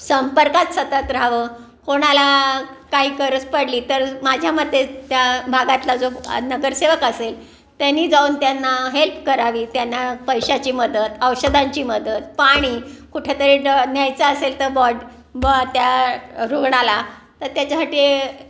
संपर्कात सतत राहावं कोणाला काही गरज पडली तर माझ्या मते त्या भागातला जो नगरसेवक असेल त्यांनी जाऊन त्यांना हेल्प करावी त्यांना पैशाची मदत औषधांची मदत पाणी कुठे तरी न्यायचं असेल तर बॉड ब त्या रुग्णाला तर त्याच्यासाठी